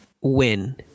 win